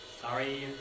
Sorry